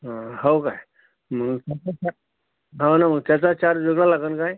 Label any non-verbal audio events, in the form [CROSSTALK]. हं हो का मग [UNINTELLIGIBLE] हो ना मग त्याचा चार्ज वेगळा लागेल काय